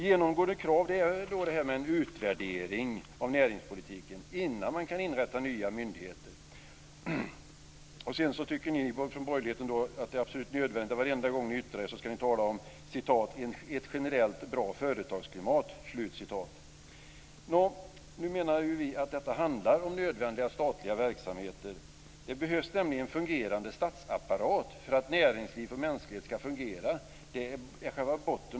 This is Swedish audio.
Genomgående krav är att det ska göras en utvärdering av näringspolitiken innan man kan inrätta nya myndigheter. Varje gång ni från borgerligheten yttrar er ska ni tala om "ett generellt bra företagsklimat". Nå, nu menar vi att detta handlar om nödvändiga statliga verksamheter. Det behövs nämligen en fungerande statsapparat för att ett näringsliv för mänsklighet ska fungera. Det är själva grunden.